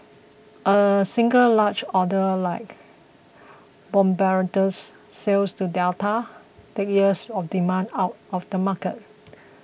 a single large order like Bombardier's sale to Delta takes years of demand out of the market